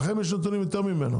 לכם יש נתונים יותר ממני.